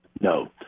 no